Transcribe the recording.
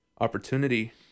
opportunity